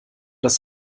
das